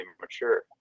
mature